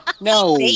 No